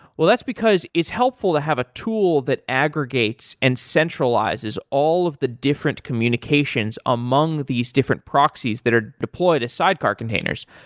well, that's because it's helpful to have a tool that aggregates and centralizes all of the different communications among these different proxies that are deployed as sidecar containers.